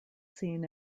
seen